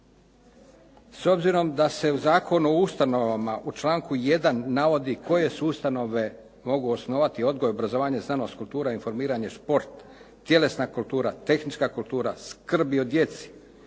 S obzirom da se u Zakonu o ustanovama u članku 1. navodi koje se ustanove mogu osnovati odgoj, obrazovanje, znanost, kultura, informiranje, šport, tjelesna kultura, tehnička kultura, skrbi o djeci,